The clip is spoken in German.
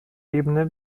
ebene